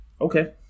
Okay